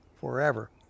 forever